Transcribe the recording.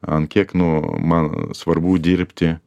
ant kiek nu man svarbu dirbti